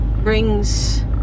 brings